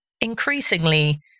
increasingly